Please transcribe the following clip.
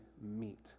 meet